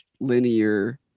linear